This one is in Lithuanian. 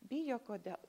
bijo kodėl